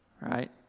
right